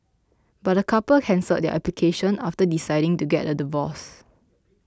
but the couple cancelled their application after deciding to get a divorce